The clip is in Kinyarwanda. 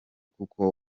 kuko